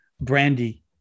brandy